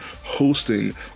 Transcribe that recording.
hosting